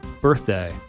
birthday